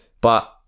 But-